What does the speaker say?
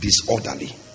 disorderly